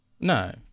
no